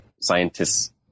scientists